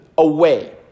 Away